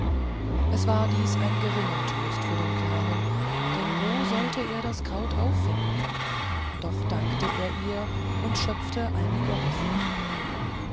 es war dies ein geringer trost für den kleinen zu besuch ist denn wo sollte er das kraut auffinden doch dankte er ihr und schöpfte einige hoffnung